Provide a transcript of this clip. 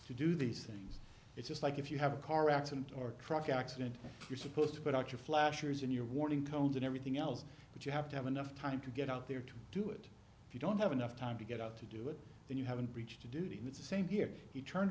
to do these things it's just like if you have a car accident or a truck accident you're supposed to put out your flashers and your warning cones and everything else but you have to have enough time to get out there to do it if you don't have enough time to get out to do it then you haven't reached a duty that's the same here he turned